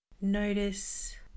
Notice